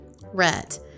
Rhett